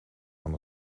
aan